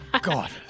God